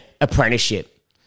apprenticeship